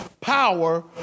power